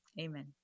amen